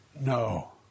No